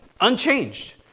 Unchanged